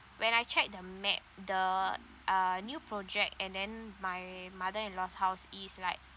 when I check the map the uh new project and then my mother in law's house is like